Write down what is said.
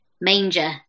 Manger